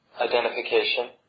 identification